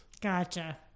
Gotcha